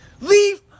Leave